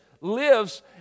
lives